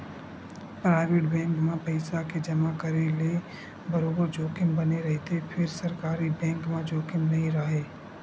private bank म पइसा के जमा करे ले बरोबर जोखिम बने रहिथे फेर सरकारी बेंक म जोखिम नइ राहय